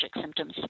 symptoms